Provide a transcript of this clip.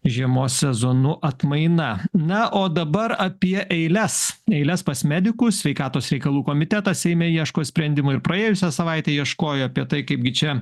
žiemos sezonu atmaina na o dabar apie eiles eiles pas medikus sveikatos reikalų komitetas seime ieško sprendimų ir praėjusią savaitę ieškojo apie tai kaipgi čia